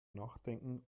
nachdenken